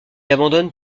abandonne